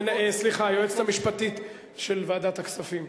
סליחה, היועצת המשפטית של ועדת הכספים,